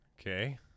Okay